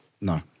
No